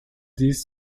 dies